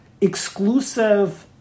Exclusive